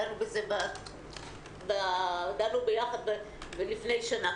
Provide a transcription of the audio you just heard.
דנו בזה ביחד לפני שנה,